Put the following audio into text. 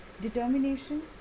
determination